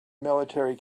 military